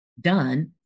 done